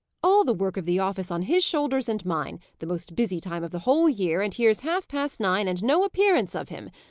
all the work of the office on his shoulders and mine, the most busy time of the whole year, and here's half-past nine, and no appearance of him!